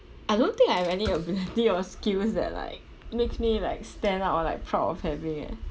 I don't think I have any ability or skills that like makes me like stand out or like proud of having eh